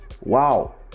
wow